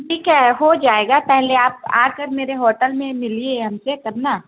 ٹھیک ہے ہو جائے گا پہلے آپ آ کر میرے ہوٹل میں ملیے ہم سے تب نا